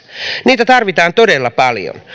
niitä tarvitaan todella paljon